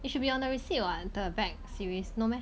it should be on the receipt what the bag series no meh